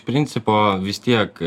principo vis tiek